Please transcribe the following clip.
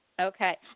Okay